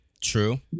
True